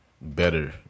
better